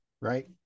right